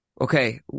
okay